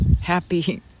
happy